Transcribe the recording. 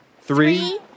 Three